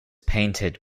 painted